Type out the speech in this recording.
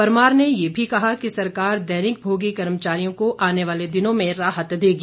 परमार ने यह भी कहा कि सरकार दैनिक भोगी कर्मचारियों को आने वाले दिनों में राहत देगी